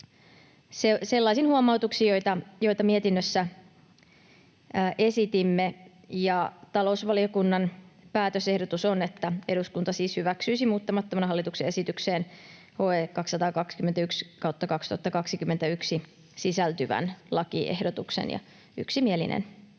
sellaisin huomautuksin, joita mietinnössä esitimme. Talousvaliokunnan päätösehdotus on, että eduskunta siis hyväksyisi muuttamattomana hallituksen esitykseen HE 221/2021 sisältyvän lakiehdotuksen. Yksimielinen